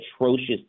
atrocious